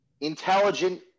intelligent